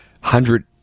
hundred